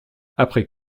après